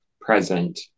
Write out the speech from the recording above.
present